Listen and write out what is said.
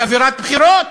יש אווירת בחירות,